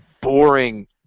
boring